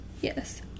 Yes